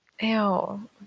Ew